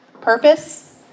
purpose